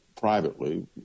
privately